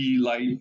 light